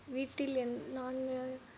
வீட்டில் என் நான்